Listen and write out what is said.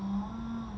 orh